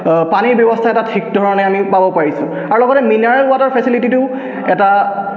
পানীৰ ব্যৱস্থা এটা ঠিক ধৰণে আমি পাব পাৰিছো আৰু লগতে মিনাৰেল ৱাটাৰ ফেচিলিটিটো এটা